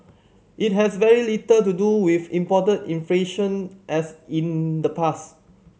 it has very little to do with imported inflation as in the past